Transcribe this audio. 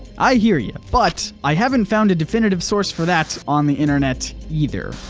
i hear you, but, i haven't found a definitive source for that on the internet either.